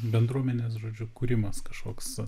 bendruomenės žodžiu kūrimas kažkoks